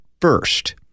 first